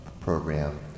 Program